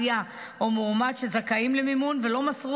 סיעה או מועמד שזכאים למימון ולא מסרו